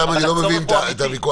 אני לא מבין את הוויכוח,